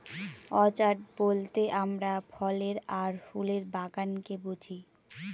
orchard বলতে আমরা ফলের আর ফুলের বাগানকে বুঝি